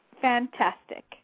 Fantastic